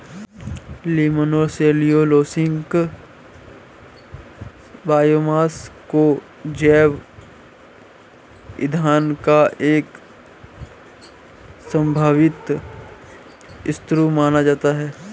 lignocellulosic biomass को जैव ईंधन का एक संभावित स्रोत माना जाता है